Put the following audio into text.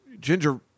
ginger